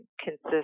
consists